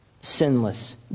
sinless